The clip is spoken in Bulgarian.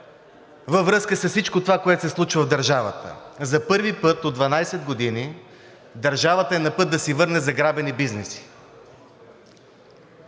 във връзка с всичко това, което се случва в държавата, за първи път от 12 години държавата е на път да си върне заграбени бизнеси.